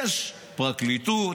יש פרקליטות,